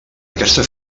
aquesta